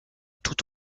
toute